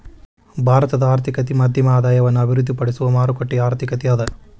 ಭಾರತದ ಆರ್ಥಿಕತೆ ಮಧ್ಯಮ ಆದಾಯವನ್ನ ಅಭಿವೃದ್ಧಿಪಡಿಸುವ ಮಾರುಕಟ್ಟೆ ಆರ್ಥಿಕತೆ ಅದ